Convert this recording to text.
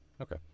Okay